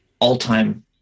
all-time